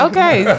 Okay